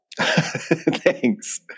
Thanks